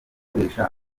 gukoresha